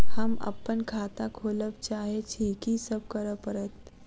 हम अप्पन खाता खोलब चाहै छी की सब करऽ पड़त?